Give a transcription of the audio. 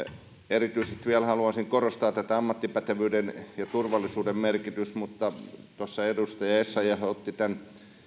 erityisesti vielä haluaisin korostaa ammattipätevyyden ja turvallisuuden merkitystä mutta edustaja essayah otti esille tämän